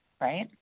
right